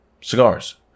cigars